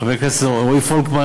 חברי חבר הכנסת רועי פולקמן,